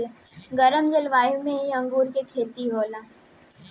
गरम जलवायु में ही अंगूर के खेती होला